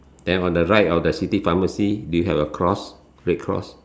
then on the right of the city pharmacy you have a cross red cross